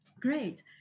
great